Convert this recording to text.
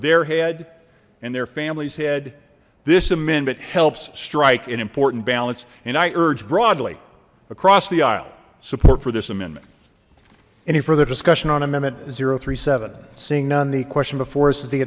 their head and their family's head this amendment helps strike an important balance and i urge broadly across the aisle support for this amendment any further discussion on amendment zero three seven seeing none the question before us